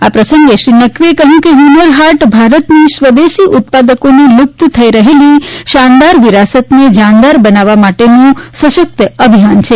આ પ્રસગે શ્રી નકવીએ કહ્યું કે હુન્નર હાટ ભારતની સ્વદેશી ઉત્પાદકોની લુપ્ત થઇ રહેલી શાનદાર વિરાસતને જાનદાર બનાવવા માટેનું સશકત અભિયાન છે